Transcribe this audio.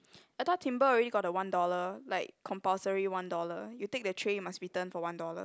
I thought Timbre already have the one dollar like compulsory one dollar you take the tray you must return for one dollar